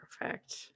Perfect